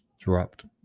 dropped